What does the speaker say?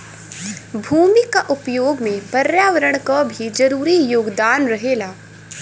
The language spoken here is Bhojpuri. भूमि क उपयोग में पर्यावरण क भी जरूरी योगदान रहेला